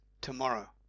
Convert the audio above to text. tomorrow